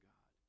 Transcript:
God